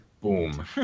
Boom